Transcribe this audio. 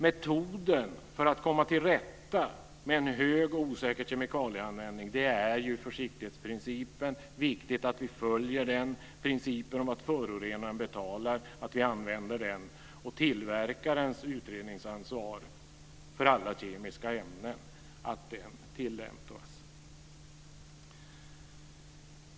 Metoden för att komma till rätta med en hög och osäker kemikalieanvändning är att försiktighetsprincipen följs, att principen om att förorenaren betalar tillämpas och att tillverkarens utredningsansvar för alla kemiska ämnen tillämpas.